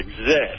exist